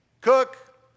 cook